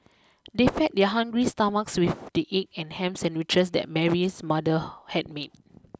they fed their hungry stomachs with the egg and ham sandwiches that Mary's mother had made